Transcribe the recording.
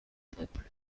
peuple